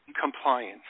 compliance